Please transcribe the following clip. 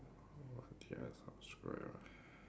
what did I subscribed ah